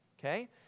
okay